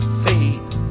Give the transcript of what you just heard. fate